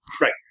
Right